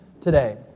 today